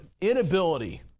inability